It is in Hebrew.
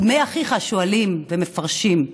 "דמי אחיך" שואלים המפרשים: